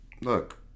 look